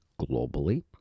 globally